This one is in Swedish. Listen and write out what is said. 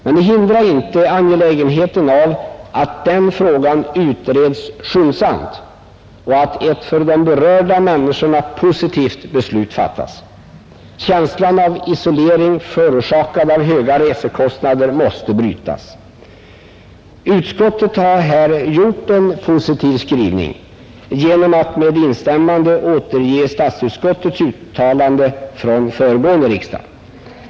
Men det hindrar inte angelägenheten av att den frågan utreds skyndsamt och att ett för de berörda människorna positivt beslut fattas. Känslan av isolering förorsakad av höga resekostnader måste brytas. Utskottet har här gjort en positiv skrivning genom att med instämmande återge statsutskottets uttalande från föregående riksdag.